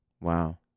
wow